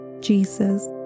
Jesus